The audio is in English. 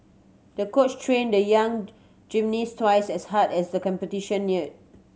the coach trained the young gymnast twice as hard as the competition neared